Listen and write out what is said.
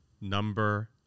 Number